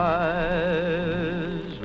eyes